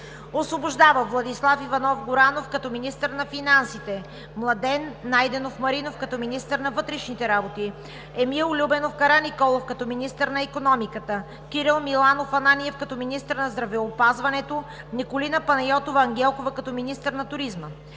Освобождава Владислав Иванов Горанов като министър на финансите, Младен Найденов Маринов като министър на вътрешните работи, Емил Любенов Караниколов като министър на икономиката, Кирил Миланов Ананиев като министър на здравеопазването, Николина Панайотова Ангелкова като министър на туризма.